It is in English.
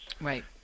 right